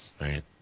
right